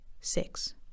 Six